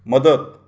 मदत